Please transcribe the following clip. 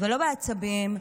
ולא בעצבים,